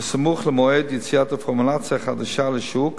בסמוך למועד יציאת הפורמולציה החדשה לשוק,